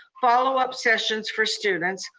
follow-up sessions for students.